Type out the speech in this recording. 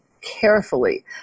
carefully